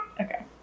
Okay